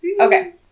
Okay